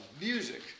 music